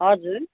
हजुर